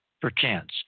perchance